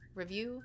review